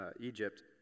Egypt